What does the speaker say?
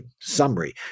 summary